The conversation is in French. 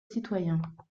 citoyens